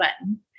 button